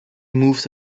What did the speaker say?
moved